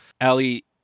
Ali